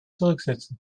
zurücksetzen